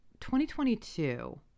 2022